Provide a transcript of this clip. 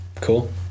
Cool